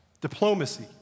diplomacy